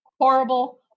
Horrible